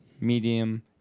medium